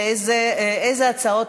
איזה הצעות,